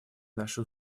наши